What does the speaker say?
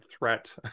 threat